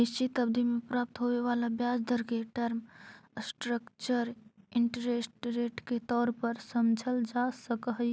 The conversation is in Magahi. निश्चित अवधि में प्राप्त होवे वाला ब्याज दर के टर्म स्ट्रक्चर इंटरेस्ट रेट के तौर पर समझल जा सकऽ हई